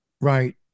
Right